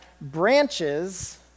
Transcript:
branches